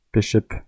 Bishop